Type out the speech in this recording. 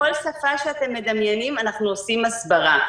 בכל שפה שאתם מדמיינים, אנחנו עושים הסברה.